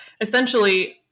essentially